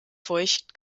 feucht